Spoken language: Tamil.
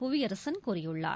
புவியரசன் கூறியுள்ளார்